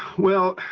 well,